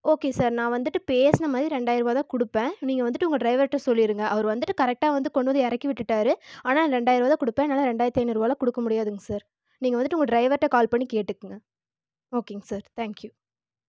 okay sir நான் வந்துட்டு பேசின மாதிரி ரெண்டாயிருபா தான் கொடுப்பன் நீங்கள் வந்துட்டு உங்கள் டிரைவர்கிட்ட சொல்லிடுங்கள் அவர் வந்துட்டு கரெக்ட்டாக வந்து கொண்டு வந்து இறக்கி விட்டுட்டார் ஆனால் நான் ரெண்டாயிருபா தான் கொடுப்பன் என்னால் ரெண்டாயிரத்தி ஐநூறுபாலாம் கொடுக்க முடியாதுங்கள் சார் நீங்கள் வந்துட்டு உங்கள் டிரைவர்கிட்ட கால் பண்ணி கேட்டுக்கோங்க ஓகேங்க சார் தேங்க்யூ